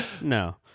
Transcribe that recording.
No